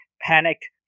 panicked